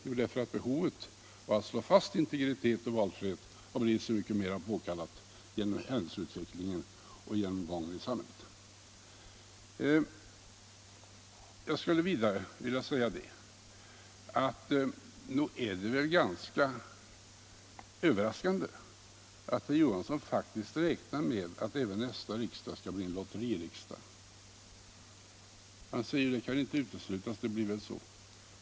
Jo, därför att behovet av att slå fast integritet och valfrihet har blivit så mycket mera påkallat genom händelseutvecklingen i samhället. Nog är det väl ganska överraskande att herr Johansson faktiskt räknar med att även nästa riksdag skall bli en lotteririksdag! Han säger att det inte kan uteslutas att det blir så.